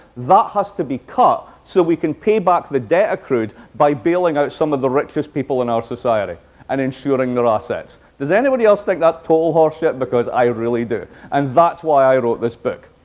that has to be cut so we can pay back the debt accrued by bailing out some of the richest people in our society and ensuring their assets? does anybody else think that's total horse shit? because i really do, and that's why i wrote this book.